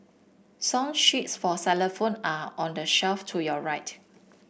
song sheets for phone are on the shelf to your right